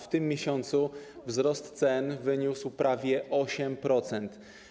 W tym miesiącu wzrost cen wyniósł prawie 8%.